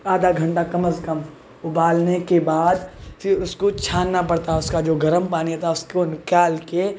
آدھا گھنٹہ کم از کم ابالنے کے بعد پھر اس کو چھاننا پڑتا اس کا جو گرم پانی تھا اس کو نکال کے